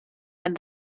and